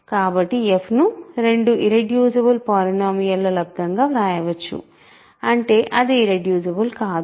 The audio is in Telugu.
కాబట్టి f ను రెండు ఇర్రెడ్యూసిబుల్ పాలినోమియల్ ల లబ్దం గా వ్రాయవచ్చు అంటే అది ఇర్రెడ్యూసిబుల్ కాదు